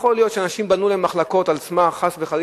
יכול להיות שאנשים פנו למחלקות על סמך שפעת,